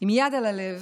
עם יד על הלב.